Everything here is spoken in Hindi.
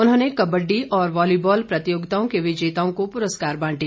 उन्होंने कबड्डी और वालीबॉल प्रतियोगिताओं के विजेताओं को पुरस्कार बांटे